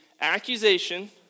accusation